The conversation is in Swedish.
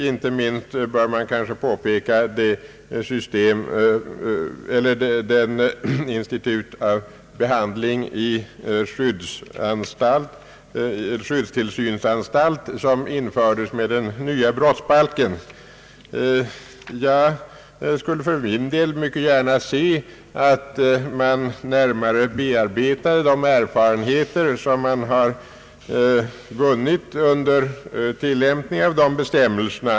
Inte minst bör man kanske påpeka Jag skulle för min del mycket gärna se att man närmare bearbetade de erfarenheter som man har vunnit under tilllämpning av de bestämmelserna.